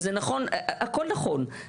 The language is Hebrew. הכול נכון,